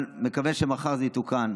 אבל מקווה שמחר זה יתוקן.